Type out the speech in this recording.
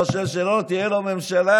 חושש שלא תהיה לו ממשלה.